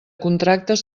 contractes